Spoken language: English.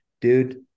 dude